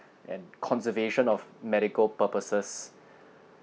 and conservation of medical purposes